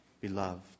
beloved